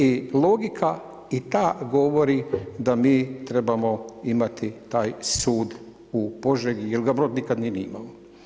I logika i ta govori da mi trebamo imati taj sud u Požegi jer ga Brod nikad nije ni imao.